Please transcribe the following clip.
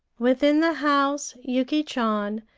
within the house yuki chan,